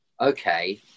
okay